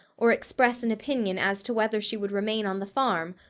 or express an opinion as to whether she would remain on the farm,